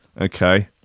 Okay